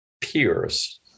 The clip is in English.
peers